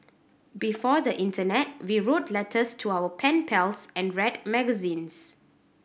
before the internet we wrote letters to our pen pals and read magazines